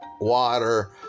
water